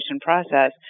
process